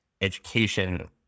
education